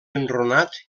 enrunat